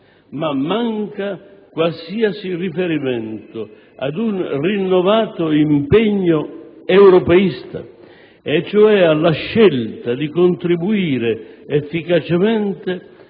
ma manca qualsiasi riferimento ad un rinnovato impegno europeista e cioè alla scelta di contribuire efficacemente